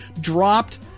dropped